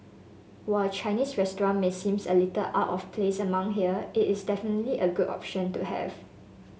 while a Chinese restaurant may seem a little out of place among here it is definitely a good option to have